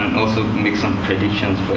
also make some predictions.